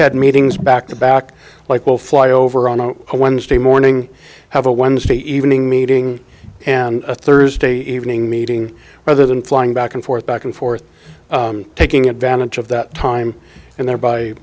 had meetings back to back like will fly over on a wednesday morning have a wednesday evening meeting and a thursday evening meeting rather than flying back and forth back and forth taking advantage of that time and thereby